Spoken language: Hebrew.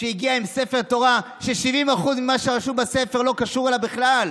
שהגיע עם ספר תורה ש-70% ממה שכתוב בספר לא קשור אליו בכלל.